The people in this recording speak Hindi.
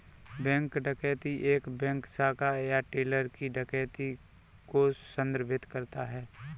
बैंक डकैती एक बैंक शाखा या टेलर की डकैती को संदर्भित करता है